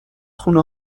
خونه